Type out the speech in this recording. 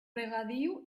regadiu